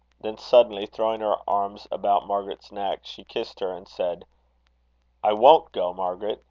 then suddenly throwing her arms about margaret's neck, she kissed her, and said i won't go, margaret.